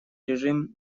режим